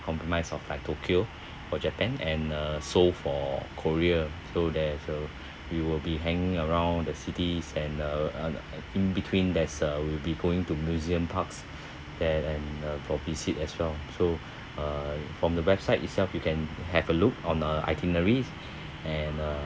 compromise of like tokyo for japan and uh seoul for korea so there's uh we will be hanging around the cities and uh in between there's uh will be going to museums parks there and a for visit as well so uh from the website itself you can have a look on uh itinerary and uh